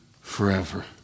forever